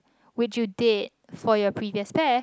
which you did for your previous pair